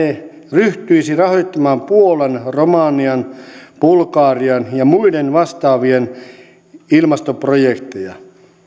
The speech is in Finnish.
ryhtyisi rahoittamaan puolan romanian bulgarian ja muiden vastaavien ilmastoprojekteja